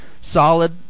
solid